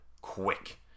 quick